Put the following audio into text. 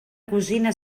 cosina